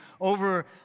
over